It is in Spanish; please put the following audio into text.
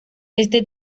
este